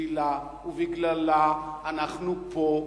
שבשבילה ובגללה אנחנו פה,